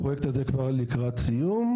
הפרויקט הזה כבר לקראת סיום.